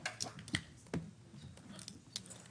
חוצפה.